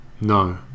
no